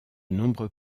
nombreux